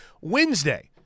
Wednesday